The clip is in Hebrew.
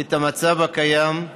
את המצב הקיים,